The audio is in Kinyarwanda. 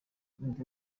umva